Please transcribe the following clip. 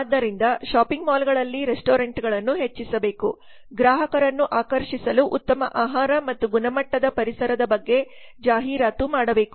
ಆದ್ದರಿಂದ ಶಾಪಿಂಗ್ ಮಾಲ್ಗಳಲ್ಲಿ ರೆಸ್ಟೋರೆಂಟ್ಗಳನ್ನು ಹೆಚ್ಚಿಸಬೇಕು ಗ್ರಾಹಕರನ್ನು ಆಕರ್ಷಿಸಲು ಉತ್ತಮ ಆಹಾರ ಮತ್ತು ಗುಣಮಟ್ಟದ ಪರಿಸರದ ಬಗ್ಗೆ ಜಾಹೀರಾತು ಮಾಡಬೇಕು